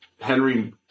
Henry